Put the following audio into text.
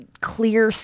clear